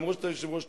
אף שאתה יושב-ראש,